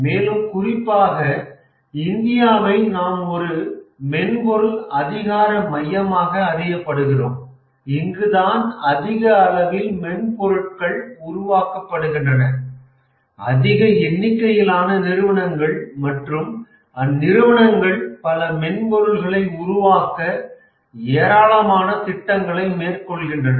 மேலும் குறிப்பாக இந்தியாவை நாம் ஒரு மென்பொருள் அதிகார மையமாக அறியப்படுகிறோம் இங்குதான் அதிக அளவில் மென்பொருட்கள் உருவாக்கப்படுகின்றன அதிக எண்ணிக்கையிலான நிறுவனங்கள் மற்றும் அந்நிறுவனங்கள் பல மென்பொருளை உருவாக்க ஏராளமான திட்டங்களை மேற்கொள்கின்றன